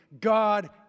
God